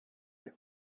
his